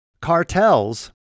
cartels